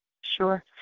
Sure